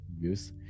use